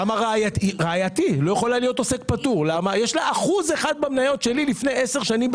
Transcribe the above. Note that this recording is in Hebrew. יש לה אחוז אחד במניות שלי בחברה מלפני עשר שנים,